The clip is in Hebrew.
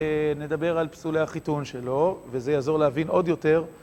נדבר על פסולי החיתון שלו, וזה יעזור להבין עוד יותר.